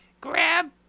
grab